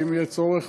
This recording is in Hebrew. ואם יהיה צורך